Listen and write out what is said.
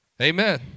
Amen